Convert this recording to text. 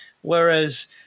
whereas